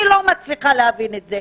אני לא מצליחה להבין את זה.